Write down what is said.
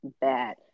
bad